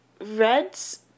Red's